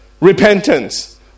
repentance